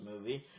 movie